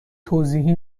توضیحی